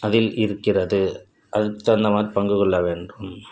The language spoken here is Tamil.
அதில் இருக்கிறது அதுக்கு தகுந்தமாதிரி பங்கு கொள்ள வேண்டும்